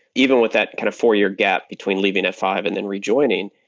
even with that kind of four-year gap between leaving f five and then rejoining,